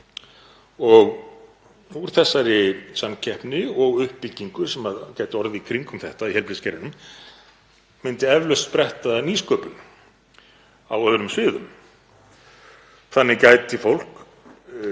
og úr þessari samkeppni og uppbyggingu sem gæti orðið í kringum þetta í heilbrigðiskerfinu myndi eflaust spretta nýsköpun á öðrum sviðum. Þannig gæti fólk